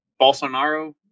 Bolsonaro